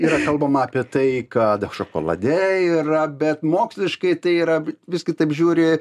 yra kalbama apie tai kad šokolade yra bet moksliškai tai yra vis kitaip žiūri